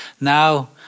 Now